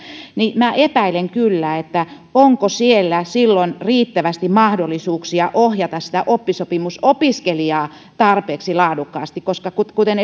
niin epäilen kyllä onko siellä silloin riittävästi mahdollisuuksia ohjata sitä oppisopimusopiskelijaa tarpeeksi laadukkaasti koska kuten kuten